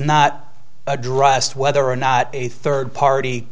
not addressed whether or not a third party